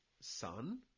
son